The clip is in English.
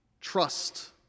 trust